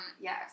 Yes